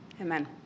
amen